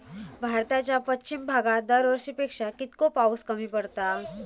भारताच्या पश्चिम भागात दरवर्षी पेक्षा कीतको पाऊस कमी पडता?